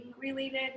related